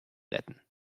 retten